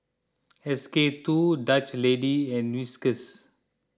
S K two Dutch Lady and Whiskas